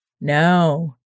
No